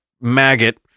maggot